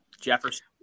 Jefferson